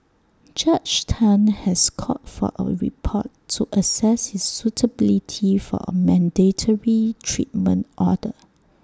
Judge Tan has called for A report to access his suitability for A mandatory treatment order